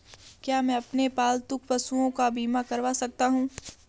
क्या मैं अपने पालतू पशुओं का बीमा करवा सकता हूं?